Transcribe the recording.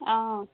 অঁ